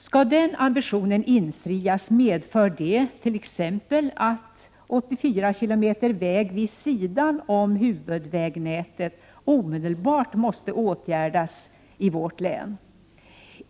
Skall den ambitionen infrias medför det t.ex. att 84 km väg vid sidan om hvudvägnätet omedelbart måste åtgärdas i vårt län.